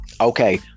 Okay